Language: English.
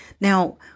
Now